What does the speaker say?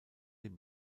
den